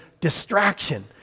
distraction